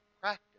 practice